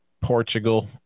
portugal